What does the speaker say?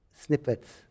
snippets